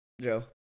Joe